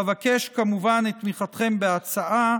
אבקש כמובן את תמיכתכם בהצעה.